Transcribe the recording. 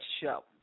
show